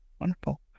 Wonderful